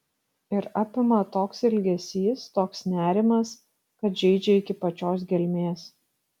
ir apima toks ilgesys toks nerimas kad žeidžia iki pačios gelmės